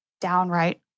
downright